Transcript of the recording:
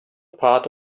part